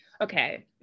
Okay